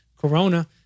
Corona